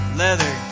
leather